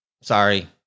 sorry